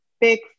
big